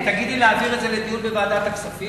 אם תגידי להעביר את זה לדיון בוועדת הכספים,